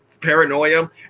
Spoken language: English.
paranoia